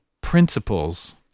principles